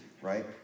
right